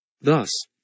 Thus